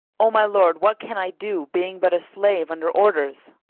o my lord, what can i do, being but a slave under orders?